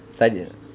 study